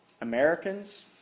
Americans